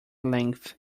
length